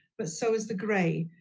but so is the gray.